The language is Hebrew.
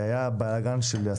בדיון,